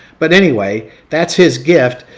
but anyway that's his gift.